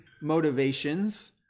motivations